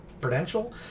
Prudential